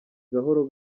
gahoro